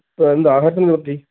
എന്താ ആയാൾക്കെന്തു പറ്റി